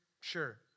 sure